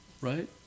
right